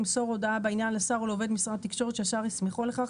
ימסור הודעה בעניין לשר או לעובד משרד התקשורת שהשר הסמיכו לכך,